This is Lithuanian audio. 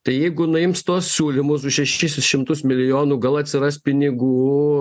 tai jeigu nuims tuos siūlymus už šešis šimtus milijonų gal atsiras pinigų